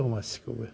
दमासिखौबो